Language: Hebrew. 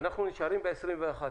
אנחנו נשארים ב-21 יום,